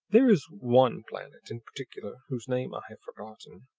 there is one planet in particular, whose name i have forgotten,